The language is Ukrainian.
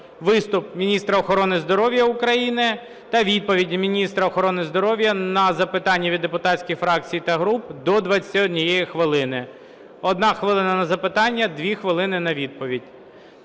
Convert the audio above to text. виступ міністра охорони здоров'я України, та відповіді міністра охорони здоров'я на запитання від депутатських фракцій та груп - до 21 хвилини, 1 хвилина - на запитання, 2 хвилини - на відповідь.